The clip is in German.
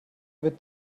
wird